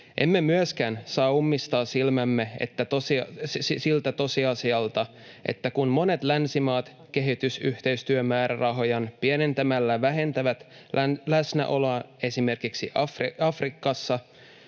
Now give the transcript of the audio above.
Emme myöskään saa ummistaa silmiämme siltä tosiasialta, että kun monet länsimaat kehitysyhteistyömäärärahojaan pienentämällä vähentävät läsnäoloaan esimerkiksi Afrikassa,